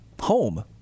home